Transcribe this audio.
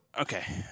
okay